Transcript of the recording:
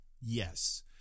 yes